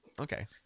Okay